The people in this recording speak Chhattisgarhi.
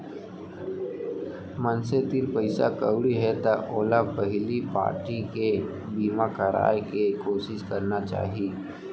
मनसे तीर पइसा कउड़ी हे त ओला पहिली पारटी के बीमा कराय के कोसिस करना चाही